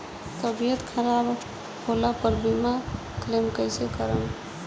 तबियत खराब होला पर बीमा क्लेम कैसे करम?